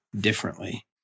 differently